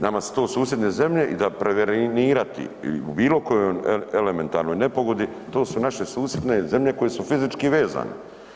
Nama su to susjedne zemlje i da preveniratu u bilo kojoj elementarnoj nepogodi, to su naše susjedne zemlje koje su fizički vezane.